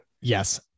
yes